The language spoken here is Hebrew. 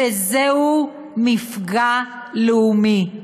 שזהו מפגע לאומי,